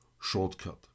shortcut